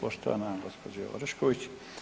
Poštovana gospođo Orešković.